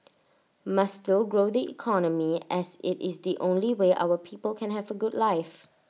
must still grow the economy as IT is the only way our people can have A good life